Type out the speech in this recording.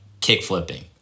kick-flipping